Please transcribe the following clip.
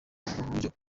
uburyo